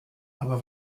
aber